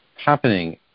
happening